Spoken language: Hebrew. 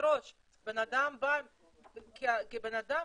היושבת-ראש בן אדם בא כבן אדם,